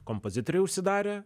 kompozitoriai užsidarė